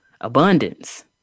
abundance